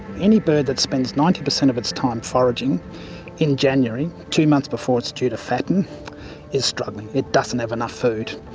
any bird that spends ninety percent of its time foraging in january two months before it's due to fatten is struggling. it doesn't have enough food.